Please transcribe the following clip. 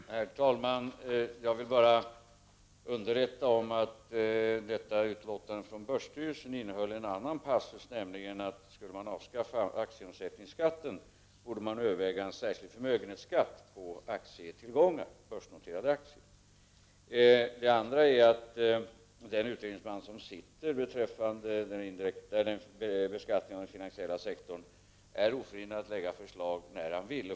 Herr talman! Jag vill bara underrätta om att detta utlåtande från börsstyrelsen innehöll en annan passus, nämligen att om man skulle avskaffa aktieomsättningsskatten, borde man överväga att införa en särskild förmögenhetsskatt på börsnoterade aktier. Den utredningsman som arbetar med beskattning av den finansiella sektorn är oförhindrad att framlägga förslag när han vill.